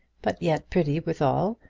but yet pretty withal,